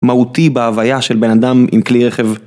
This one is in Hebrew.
מהותי בהוויה של בן אדם עם כלי רכב